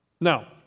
Now